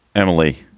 emily,